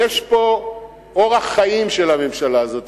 יש פה אורח חיים של הממשלה הזאת.